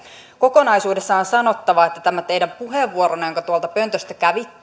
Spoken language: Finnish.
kokonaisuudessaan on sanottava että tämä teidän puheenvuoronne jonka tuolta pöntöstä